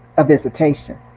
a visitation.